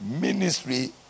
ministry